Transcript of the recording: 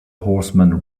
horseman